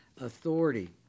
authority